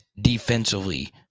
defensively